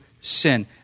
sin